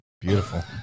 Beautiful